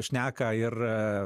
šneka ir